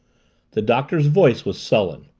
the doctor's voice was sullen.